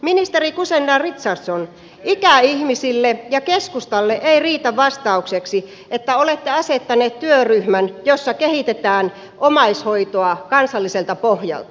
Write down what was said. ministeri guzenina richardson ikäihmisille ja keskustalle ei riitä vastaukseksi että olette asettanut työryhmän jossa kehitetään omaishoitoa kansalliselta pohjalta